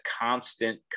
constant